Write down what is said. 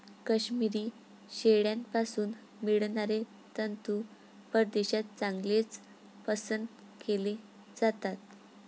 काश्मिरी शेळ्यांपासून मिळणारे तंतू परदेशात चांगलेच पसंत केले जातात